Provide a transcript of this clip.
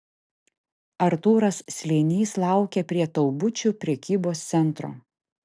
artūras slėnys laukė prie taubučių prekybos centro